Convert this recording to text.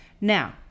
Now